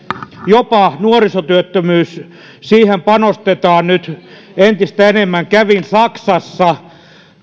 jopa nuorisotyöttömyys ja siihen panostetaan nyt entistä enemmän kävin saksassa ja